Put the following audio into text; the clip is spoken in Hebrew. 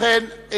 ובכן,